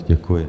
Děkuji.